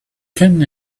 can